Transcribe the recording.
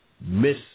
miss